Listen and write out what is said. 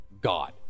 god